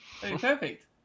Perfect